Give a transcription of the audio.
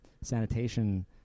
sanitation